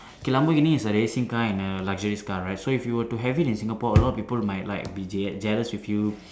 K Lamborghini is a racing car and a luxurious car right so if you were to have it in Singapore a lot of people might like be je~ jealous with you